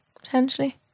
Potentially